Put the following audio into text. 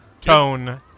Tone